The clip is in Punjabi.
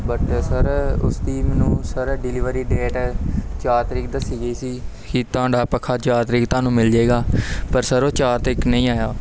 ਬਟ ਸਰ ਉਸ ਦੀ ਮੈਨੂੰ ਸਰ ਡਿਲੀਵਰੀ ਡੇਟ ਚਾਰ ਤਰੀਕ ਦੱਸੀ ਗਈ ਸੀ ਕਿ ਤੁਹਾਡਾ ਪੱਖਾ ਚਾਰ ਤਰੀਕ ਨੂੰ ਤੁਹਾਨੂੰ ਮਿਲ ਜਾਵੇਗਾ ਪਰ ਸਰ ਉਹ ਚਾਰ ਤੱਕ ਨਹੀਂ ਆਇਆ